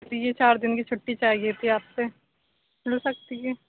یہ چار دِن کی چُھٹی چاہیے تھی آپ سے مل سکتی ہے